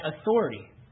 authority